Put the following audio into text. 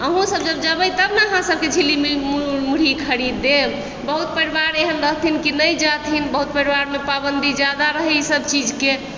अहुँ सब जब जेबै तब ने अहाँ सबके झिल्ली मुरही खरीद देब बहुत परिवार एहन रहथिन की नहि जाथिन बहुत परिवारमे पाबन्दी जादा रहै ई सब चीज के